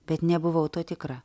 bet nebuvau tuo tikra